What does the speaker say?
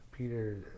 Peter